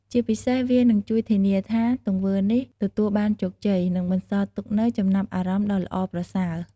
ជាពិសេសវានឹងជួយធានាថាទង្វើនេះទទួលបានជោគជ័យ និងបន្សល់ទុកនូវចំណាប់អារម្មណ៍ដ៏ល្អប្រសើរ។